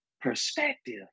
perspective